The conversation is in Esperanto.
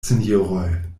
sinjoroj